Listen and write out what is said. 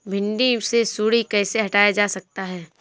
भिंडी से सुंडी कैसे हटाया जा सकता है?